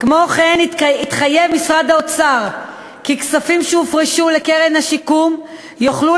כמו כן התחייב משרד האוצר כי כספים שהופרשו לקרן השיקום יוכלו